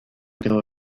quedaba